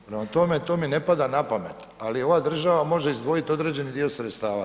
Prema tome, to mi ne pada na pamet, ali ova država može izdvojit određeni dio sredstava.